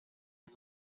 est